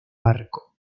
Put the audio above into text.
arco